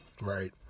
right